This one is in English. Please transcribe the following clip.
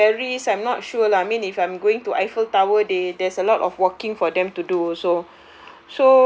because for paris so I'm not sure lah I mean if I'm going to eiffel tower they there's a lot of walking for them to do also